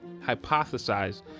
hypothesize